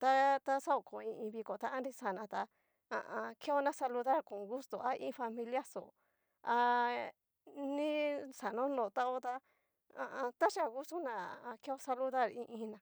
ta. ta xaoko iin viko ta nrixana tá keona saludar kon gustó a iin familia xó a ni xa no notao ta ha a an. taxia gusto na keo saludar i iin ná.